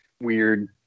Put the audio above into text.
weird